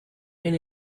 been